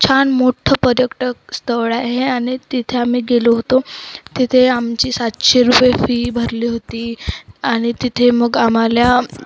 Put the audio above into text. छान मोठं पर्यटक स्थळ आहे आणि तिथे आम्ही गेलो होतो तिथे आमची सातशे रुपये फी भरली होती आणि तिथे मग आम्हाला